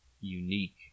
unique